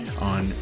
on